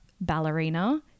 ballerina